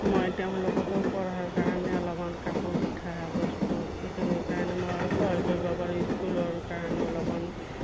মই তেওঁলোককো পঢ়াৰ কাৰণে অলপমান কাপোৰ গুঠা বস্তু এইখিনিৰ কাৰণে মই অলপ সহায় কৰিব পাৰোঁ স্কুলৰ কাৰণে অলপমান